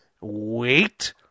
Wait